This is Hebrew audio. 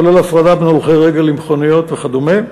כולל הפרדה בין הולכי רגל למכוניות וכדומה.